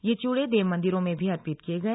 यह च्यूड़े देव मंदिरों में भी अर्पित किए गए